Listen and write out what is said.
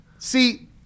See